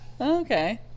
Okay